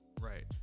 Right